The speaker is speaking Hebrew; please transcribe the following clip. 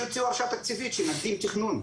שיוציאו הרשאה תקציבית שנתאים תכנון.